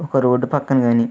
ఒక రోడ్డు పక్కన కానీ